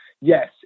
yes